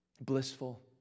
blissful